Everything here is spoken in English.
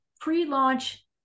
pre-launch